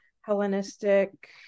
Hellenistic